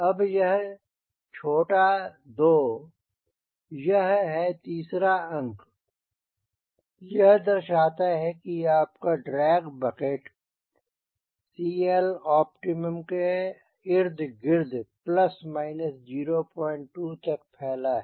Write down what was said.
अब यह छोटा 2 यह है तीसरा अंक यह दर्शाता है कि आपका ड्रैग बकेट CLopt के इर्द गिर्द plus minus 02 तक फैला है